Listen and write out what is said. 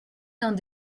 dans